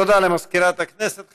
תודה למזכירת הכנסת.